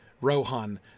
Rohan